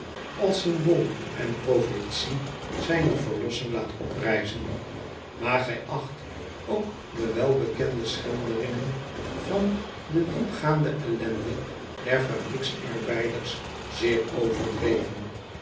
als symbool en profetie zijner verlossing laat oprijzen aar gij acht ook de welbekende schilderingen van de diepgaande ellende der fabriekarbeiders zeer overdreven